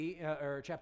chapter